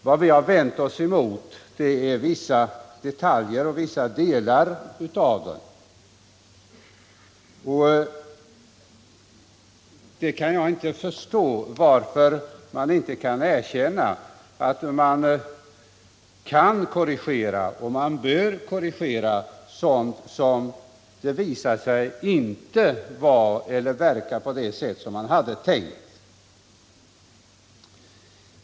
Vad vi har vänt oss mot är vissa detaljer och delar i dem. Jag kan inte förstå varför man inte kan erkänna att sådant som inte visar sig fungera på tänkt sätt bör korrigeras.